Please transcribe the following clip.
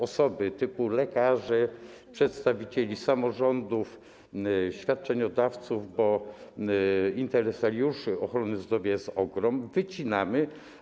osoby, typu lekarze, przedstawiciele samorządów, świadczeniodawcy, bo interesariuszy ochrony zdrowia jest ogrom, wycinamy.